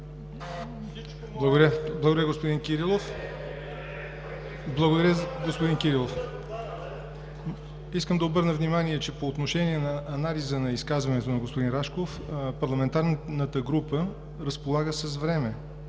Благодаря, господин Кирилов. Искам да обърна внимание, че по отношение на анализа на изказването на господин Рашков парламентарната група разполага с време.